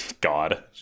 God